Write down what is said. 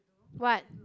what